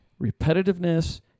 repetitiveness